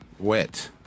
Wet